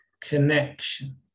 connection